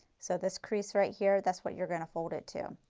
so this crease right here that's what you are going to fold it to.